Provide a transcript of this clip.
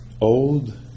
old